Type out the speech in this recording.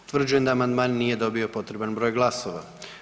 Utvrđujem da amandman nije dobio potreban broj glasova.